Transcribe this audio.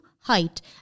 height